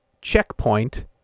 Checkpoint